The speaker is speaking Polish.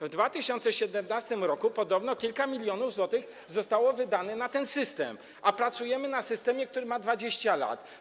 W 2017 r. podobno kilka milionów złotych zostało wydane na ten system, a pracujemy, korzystając z systemu, który ma 20 lat.